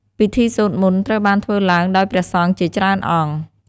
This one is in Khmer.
ពិធីសូត្រមន្តត្រូវបានធ្វើឡើងដោយព្រះសង្ឃជាច្រើនអង្គ។